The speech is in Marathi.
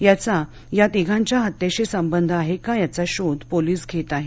याचा या तिघांच्या हत्येशी संबंध आहे का याचा शोध पोलीस घेत आहेत